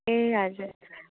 ए हजुर